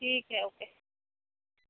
ٹھیک ہے اوکے